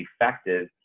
effective